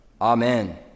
Amen